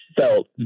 felt